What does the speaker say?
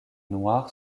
noir